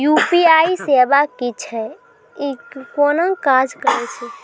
UPI सेवा की छियै? ई कूना काज करै छै?